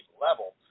level